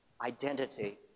identity